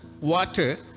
water